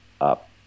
up